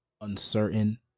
uncertain